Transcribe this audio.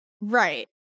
Right